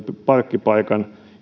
parkkipaikan